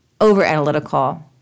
overanalytical